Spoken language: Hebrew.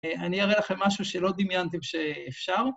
אני אראה לכם משהו שלא דמיינתם שאפשר.